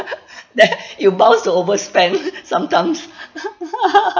then you bounds to overspend sometimes